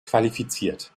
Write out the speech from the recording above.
qualifiziert